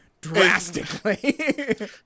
drastically